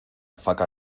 faca